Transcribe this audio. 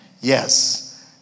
Yes